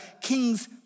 king's